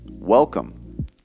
Welcome